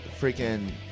Freaking